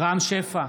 רם שפע,